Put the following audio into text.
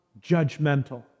judgmental